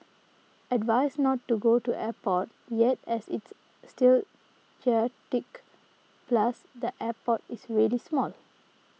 advised not to go to airport yet as it's still chaotic plus the airport is really small